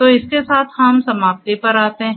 तो इस के साथ हम समाप्ति पर आते हैं